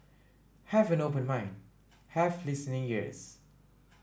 have an open mind have listening ears